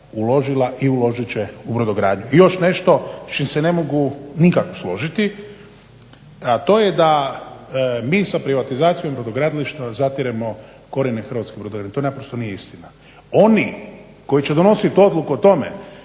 uložila i uložit će u brodogradnju. I još nešto, s čim se ne mogu nikako složiti, a to je da mi sa privatizacijom i brodogradilištima zatiremo korijene hrvatske brodogradnje. To naprosto nije istina. Oni koji će donositi odluku o tome